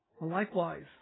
likewise